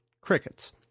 crickets